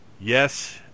yes